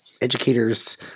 educators